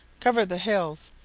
cover the hills,